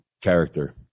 character